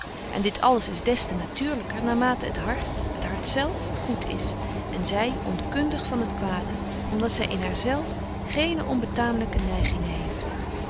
en dit alles is des te natuurlyker naar mate het hart het hart zelf goed is en zy onkundig van het kwade om dat zy in haar zelf geene onbetaamlyke neigingen heeft